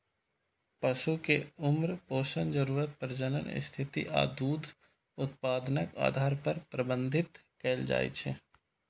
पशु कें उम्र, पोषण जरूरत, प्रजनन स्थिति आ दूध उत्पादनक आधार पर प्रबंधित कैल जाइ छै